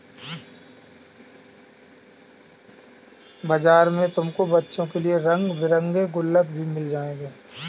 बाजार में तुमको बच्चों के लिए रंग बिरंगे गुल्लक भी मिल जाएंगे